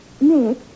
Nick